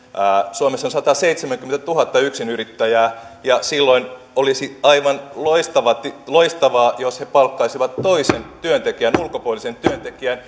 suomessa on sataseitsemänkymmentätuhatta yksinyrittäjää ja silloin olisi aivan loistavaa jos he palkkaisivat toisen ulkopuolisen työntekijän